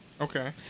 Okay